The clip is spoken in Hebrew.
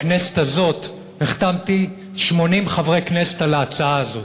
בכנסת הזאת החתמתי 80 חברי כנסת על ההצעה הזאת.